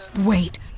Wait